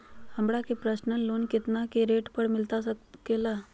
हमरा के personal loan कितना के रेट पर मिलता सके ला?